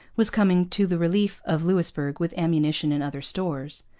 was coming to the relief of louisbourg with ammunition and other stores.